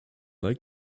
like